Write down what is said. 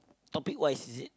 topic wise is it